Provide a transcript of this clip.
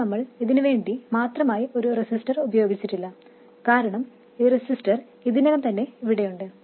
ഇപ്പോൾ നമ്മൾ ഇതിനുവേണ്ടി മാത്രമായി ഒരു റെസിസ്റ്റർ ഉപയോഗിച്ചിട്ടില്ല കാരണം ഈ റെസിസ്റ്റർ ഇതിനകം തന്നെ ഇവിടെയുണ്ട്